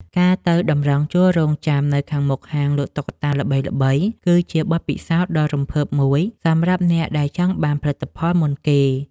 ការទៅតម្រង់ជួររង់ចាំនៅខាងមុខហាងលក់តុក្កតាល្បីៗ គឺជាបទពិសោធន៍ដ៏រំភើបមួយសម្រាប់អ្នកដែលចង់បានផលិតផលមុនគេ។